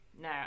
No